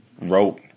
wrote